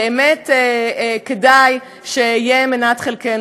כדאי שיהיה מנת חלקנו.